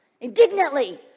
indignantly